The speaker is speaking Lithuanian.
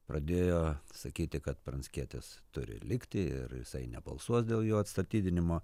pradėjo sakyti kad pranckietis turi likti ir jisai nebalsuos dėl jo atstatydinimo